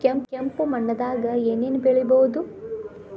ಕೆಂಪು ಮಣ್ಣದಾಗ ಏನ್ ಏನ್ ಬೆಳಿಬೊದು?